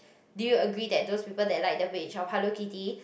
do you agree that those people that like the page of Hello Kitty